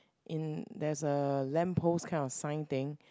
in there's a lamp post kind of sign thing